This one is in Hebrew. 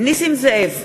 נסים זאב,